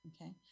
okay